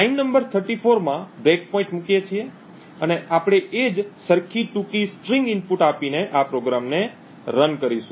line number 34 માં breakpoint મૂકીએ છીએ અને આપણે એ જ સરખી ટૂંકી સ્ટ્રીંગ ઇનપુટ આપીને આ પ્રોગ્રામને રન કરીશું